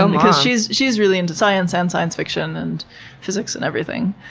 um because she's she's really into science, and science fiction, and physics, and everything.